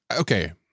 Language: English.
Okay